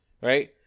Right